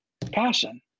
Passion